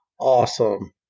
awesome